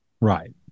Right